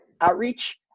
outreach